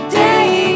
day